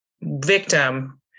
victim